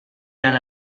alla